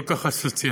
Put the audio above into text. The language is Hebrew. כל כך אסוציאטיביים,